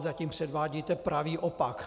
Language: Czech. Zatím předvádíte pravý opak.